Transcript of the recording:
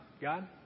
God